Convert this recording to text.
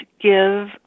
give